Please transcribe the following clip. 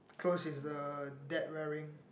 clothes is the dad wearing